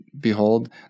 behold